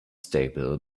stable